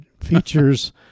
features